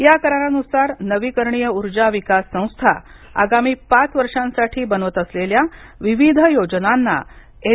या करारानुसार नवीकरणीय ऊर्जा विकास संस्था आगामी पाच वर्षांसाठी बनवत असलेल्या विविध योजनांना एन